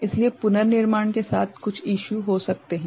इसलिए पुनर्निर्माण के साथ कुछ इशू हो सकते हैं